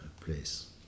place